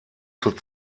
zur